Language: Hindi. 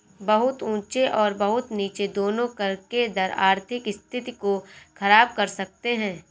बहुत ऊँचे और बहुत नीचे दोनों कर के दर आर्थिक स्थिति को ख़राब कर सकते हैं